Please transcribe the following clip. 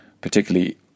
particularly